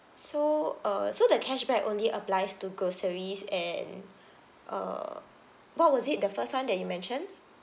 so uh so the cashback only applies to groceries and err what was it the first one that you mentioned